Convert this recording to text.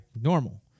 normal